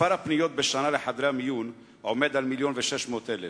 מספר הפניות בשנה לחדרי מיון הוא מיליון ו-600,000.